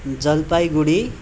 Jalpaiguri